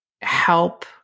help